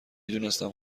دونستم